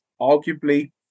arguably